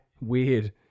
weird